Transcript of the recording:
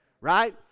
right